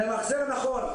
למחזר נכון.